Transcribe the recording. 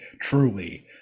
truly